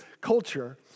culture